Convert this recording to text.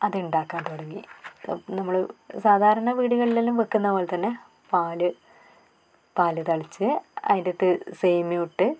അത് ഉണ്ടാക്കാൻ തുടങ്ങി നമ്മൾ സാധാരണ വീടുകളിൽ എല്ലാം വെക്കുന്ന പോലെത്തന്നെ പാൽ പാൽ തിളച്ച് അതിനകത്ത് സേമിയ ഇട്ട്